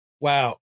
wow